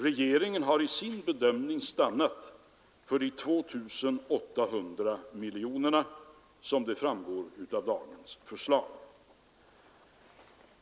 Regeringen har i sin bedömning stannat för de 2 800 miljoner som redovisas i dagens förslag.